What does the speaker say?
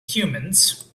humans